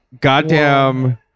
goddamn